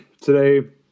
today